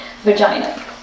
Vagina